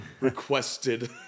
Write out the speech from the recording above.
requested